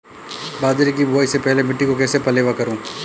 बाजरे की बुआई से पहले मिट्टी को कैसे पलेवा करूं?